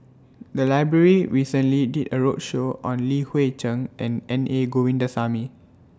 The Library recently did A roadshow on Li Hui Cheng and N A Govindasamy